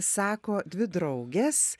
sako dvi draugės